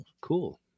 cool